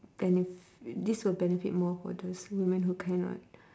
benef~ this will benefit more for those women who cannot